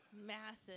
Massive